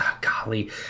golly